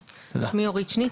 שמי אורית שניט,